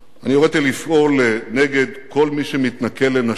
אני הוריתי לפעול נגד כל מי שמתנכל לנשים,